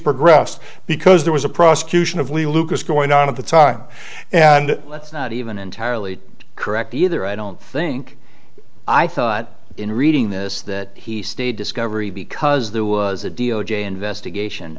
progressed because there was a prosecution of lee lucas going on at the time and let's not even entirely correct either i don't think i thought in reading this that he stayed discovery because there was a deal j investigation